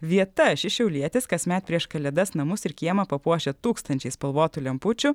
vieta šis šiaulietis kasmet prieš kalėdas namus ir kiemą papuošia tūkstančiais spalvotų lempučių